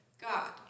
god